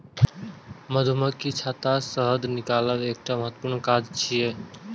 मधुमाछीक छत्ता सं शहद निकालब एकटा महत्वपूर्ण काज छियै